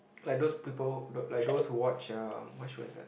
like those people like those who watch uh what show is that